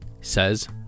says